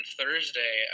Thursday